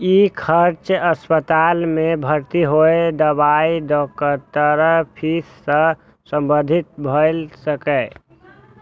ई खर्च अस्पताल मे भर्ती होय, दवाई, डॉक्टरक फीस सं संबंधित भए सकैए